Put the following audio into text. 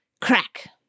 Crack